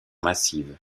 massive